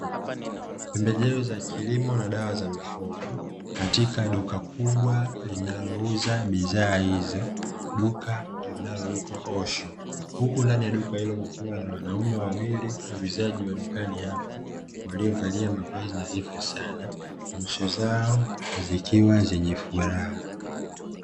Pembejeo za kilimo na dawa za mifugo katika duka kubwa linalouza bidhaa hizo, duka linaloitwa Osho. Huku ndani ya duka hilo kukiwa na wanaume wawili wauzaji wa dukani hapo , waliovalia mavazi nadhifu sana nyuso zao zikiwa zenye furaha.